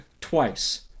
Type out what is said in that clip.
twice